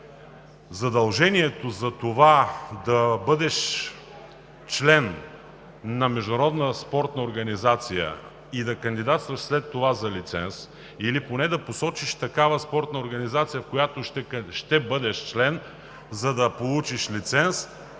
Задължението да бъдеш член на международна спортна организация и след това да кандидатстваш за лиценз, или поне да посочиш такава спортна организация, на която ще бъдеш член, за да получиш лиценз,